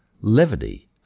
Levity